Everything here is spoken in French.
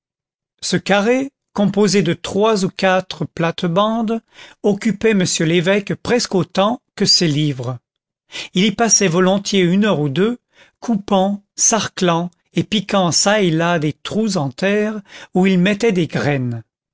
ce carré composé de trois ou quatre plates-bandes occupait m l'évêque presque autant que ses livres il y passait volontiers une heure ou deux coupant sarclant et piquant çà et là des trous en terre où il mettait des graines